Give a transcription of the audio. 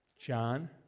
John